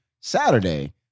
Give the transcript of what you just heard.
Saturday